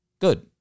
Good